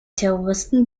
terroristen